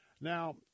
Now